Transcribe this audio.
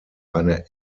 eine